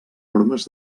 normes